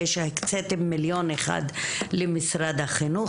זה שהקציתם מיליון אחד למשרד החינוך,